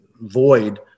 void